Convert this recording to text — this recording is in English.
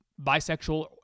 bisexual